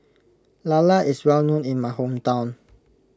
Lala is well known in my hometown